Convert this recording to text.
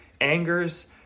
angers